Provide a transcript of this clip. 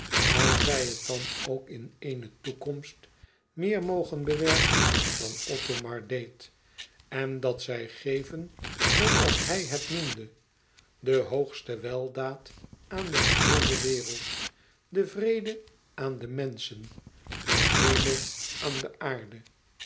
al zij het dan ook in eene toekomst meer mogen bewerken dan othomar deed en dat zij geven zooals hij het noemde de hoogste weldaad aan de geheele wereld den vrede aan de menschen den hemel aan de aarde